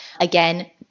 Again